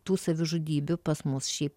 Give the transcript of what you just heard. tų savižudybių pas mus šiaip